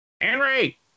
Henry